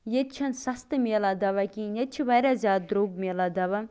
ییٚتہِ چھِنہٕ سستہٕ مِلان دوا کِہینۍ ییٚتہِ چھِ واریاہ زیادٕ دروٚگ مِلان دوا